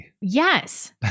Yes